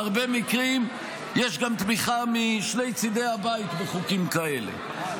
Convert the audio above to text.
בהרבה מקרים יש גם תמיכה משני צידי הבית בחוקים כאלה,